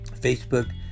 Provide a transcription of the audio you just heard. Facebook